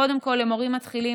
קודם כול למורים מתחילים,